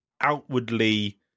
outwardly